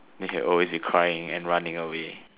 then if he crying and running away